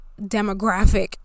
demographic